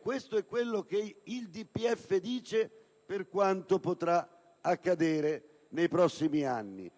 questo è quello che il DPEF dice su quanto potrà accadere nei prossimi anni,